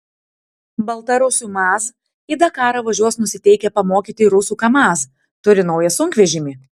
baltarusių maz į dakarą važiuos nusiteikę pamokyti rusų kamaz turi naują sunkvežimį